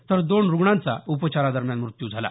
तर दोन रुग्णांचा उपचारादरम्यान मृत्यू झाला